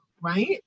right